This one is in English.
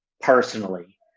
personally